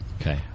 Okay